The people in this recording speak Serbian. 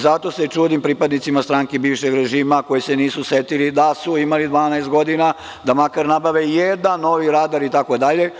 Zato se čudim pripadnicima stranke bivšeg režima koji se nisu setili da su imali 12 godina da makar nabave jedan novi radar itd.